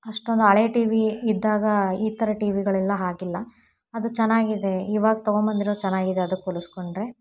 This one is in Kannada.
ಅಷ್ಟೊಂದು ಹಳೆ ಟಿ ವಿ ಇದ್ದಾಗ ಈ ಥರ ಟಿ ವಿಗಳೆಲ್ಲ ಹಾಗಿಲ್ಲ ಅದು ಚೆನ್ನಾಗಿದೆ ಇವಾಗ ತಗೊಂಬಂದಿರೋದು ಚೆನ್ನಾಗಿದೆ ಅದಕ್ಕೆ ಹೋಲಸ್ಕೊಂಡ್ರೆ